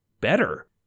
better